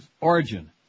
origin